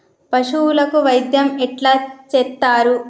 పశువులకు వైద్యం ఎట్లా చేత్తరు?